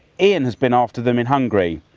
ian has been after them in hungary.